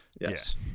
Yes